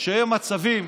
שהם מצבים,